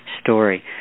story